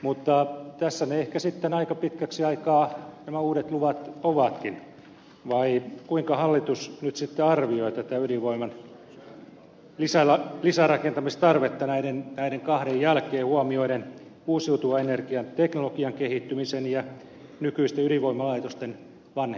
mutta tässä nämä uudet luvat ehkä sitten aika pitkäksi aikaa ovatkin vai kuinka hallitus nyt sitten arvioi tätä ydinvoiman lisärakentamistarvetta näiden kahden jälkeen huomioiden uusiutuvan energian teknologian kehittymisen ja nykyisten ydinvoimalaitosten vanhenemisen